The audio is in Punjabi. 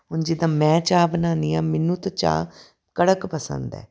ਹੁਣ ਜਿੱਦਾਂ ਮੈਂ ਚਾਹ ਬਣਾਉਂਦੀ ਹਾਂ ਮੈਨੂੰ ਤਾਂ ਚਾਹ ਕੜਕ ਪਸੰਦ ਹੈ